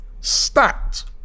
stacked